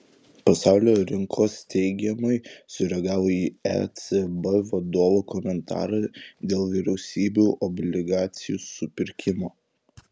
pasaulio rinkos teigiamai sureagavo į ecb vadovo komentarą dėl vyriausybių obligacijų supirkimo